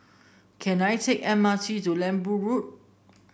can I take M R T to Lembu Road